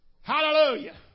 Hallelujah